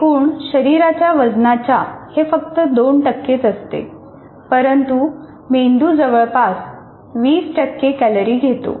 एकूण शरीराच्या वजनाच्या हे फक्त दोन टक्के असते परंतु मेंदू जवळपास 20 कॅलरी घेतो